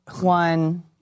One